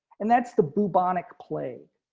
and that's the bubonic plague.